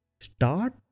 start